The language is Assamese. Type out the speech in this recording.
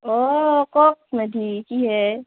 অঁ কওক মেধি কি হে